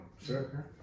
Sure